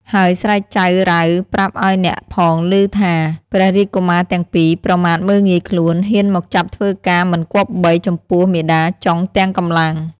ហើយស្រែកចៅរៅប្រាប់ឲ្យអ្នកផងឮថា ព្រះរាជកុមារទាំងពីរ ប្រមាថមើលងាយខ្លួន ហ៊ានមកចាប់ធ្វើការមិនគប្បី ចំពោះមាតាចុងទាំងកម្លាំង ។